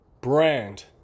brand